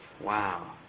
Wow